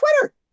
Twitter